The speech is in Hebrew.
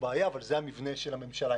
המבנה של הממשלה.